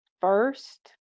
first